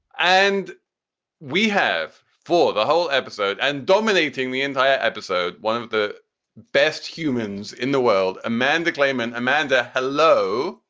and we have for the whole episode and dominating the entire episode, one of the best humans in the world, amanda clayman. amanda, hello.